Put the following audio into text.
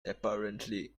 apparently